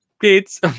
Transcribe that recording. Kids